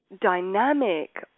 dynamic